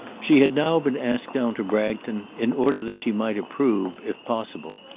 she had now been asked down to bragton in order that she might approve, if possible,